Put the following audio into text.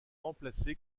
remplacé